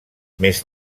més